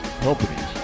companies